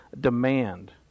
demand